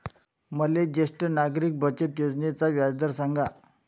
मले ज्येष्ठ नागरिक बचत योजनेचा व्याजदर सांगा